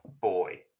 boy